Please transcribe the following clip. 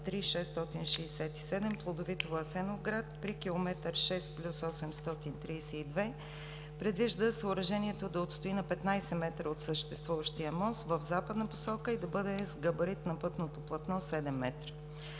Плодовитово – Асеновград при километър 6+832 предвижда съоръжението да отстои на 15 метра от съществуващия мост в западна посока и да бъде с габарит на пътното платно 7 метра.